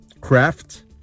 Craft